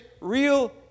real